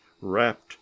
wrapped